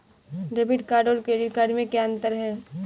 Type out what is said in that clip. Debit card और credit card में क्या अंतर है?